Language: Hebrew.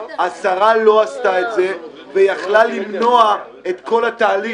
השרה לא עשתה את זה ויכלה למנוע את כל התהליך